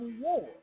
war